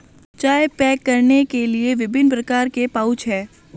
चाय पैक करने के लिए विभिन्न प्रकार के पाउच हैं